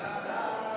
מה זה תקנון?